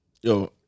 Yo